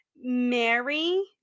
Mary